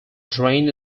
drain